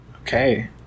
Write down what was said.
okay